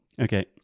Okay